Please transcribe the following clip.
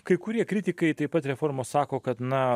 kai kurie kritikai taip pat reformos sako kad na